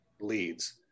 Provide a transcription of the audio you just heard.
leads